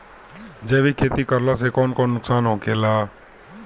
जैविक खेती करला से कौन कौन नुकसान होखेला?